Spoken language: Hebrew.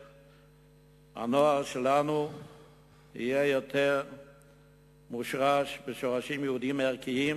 שהנוער שלנו יהיה יותר מושרש בשורשים יהודיים ערכיים,